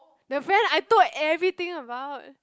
the friend I told everything about